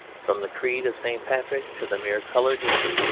from the creed of st. patrick to the mere colour green.